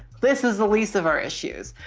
this is the least of our issues.